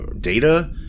Data